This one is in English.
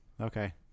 Okay